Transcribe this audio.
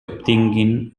obtinguin